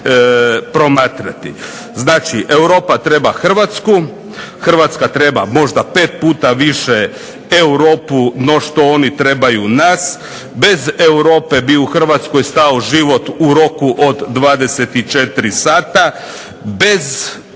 Znači, Europa treba Hrvatsku, Hrvatska treba možda pet puta više Europu no što oni trebaju nas. Bez Europe bi u Hrvatskoj stao život u roku od 24 sata. Bez